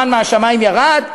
המן משמים ירד,